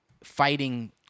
fighting